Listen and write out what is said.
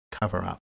cover-up